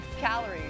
calories